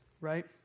right